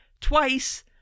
twice